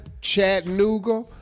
Chattanooga